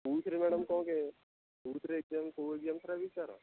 କେଉଁଥିରେ ମ୍ୟାଡ଼ାମ୍ କ'ଣ କେଉଁଥିରେ ଏଗ୍ଜାମ୍ କେଉଁ ଏଗ୍ଜାମ୍ ଖରାପ ହେଇଛି ତା'ର